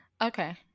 Okay